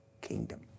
kingdom